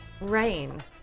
rain